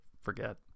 forget